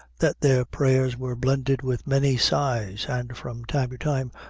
that their prayers were blended with many sighs, and from time to time,